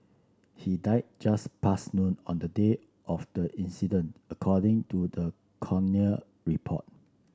he died just past noon on the day of the incident according to the coroner report